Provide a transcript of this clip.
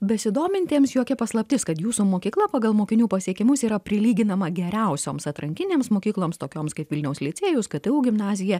besidomintiems jokia paslaptis kad jūsų mokykla pagal mokinių pasiekimus yra prilyginama geriausioms atrankinėms mokykloms tokioms kaip vilniaus licėjaus ktu gimnazija